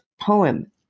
poem